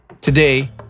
Today